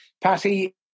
Patty